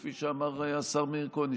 כפי שאמר השר מאיר כהן,